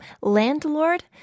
landlord